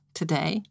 today